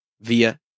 via